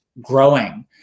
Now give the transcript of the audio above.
growing